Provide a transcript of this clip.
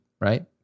right